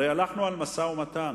הרי הלכנו על משא-ומתן,